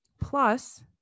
Plus